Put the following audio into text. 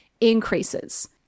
increases